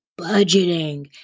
budgeting